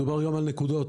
מדובר גם על נקודות.